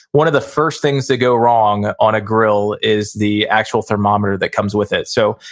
one of the first things that go wrong on a grill is the actual thermometer that comes with it. so,